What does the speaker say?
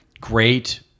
great